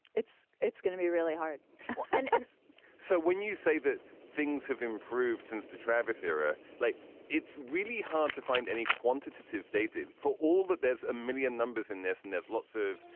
it's it's going to be really hard and and so when you say that things have improved since the travis era, like it's really hard to find any quantitative data for all that. there's a million numbers in this and there's lots of,